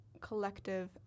collective